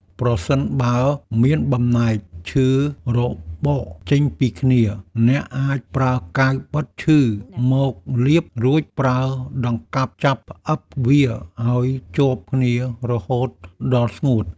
ប្រសិនបើមានបំណែកឈើរបកចេញពីគ្នា អ្នកអាចប្រើកាវបិទឈើមកលាប រួចប្រើដង្កាប់ចាប់ផ្អឹបវាឱ្យជាប់គ្នារហូតដល់ស្ងួត។